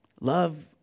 Love